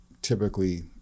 typically